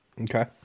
okay